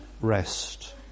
rest